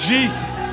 Jesus